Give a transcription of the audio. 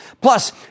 Plus